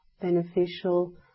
beneficial